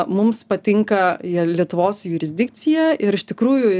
mums patinka lietuvos jurisdikcija ir iš tikrųjų